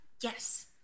Yes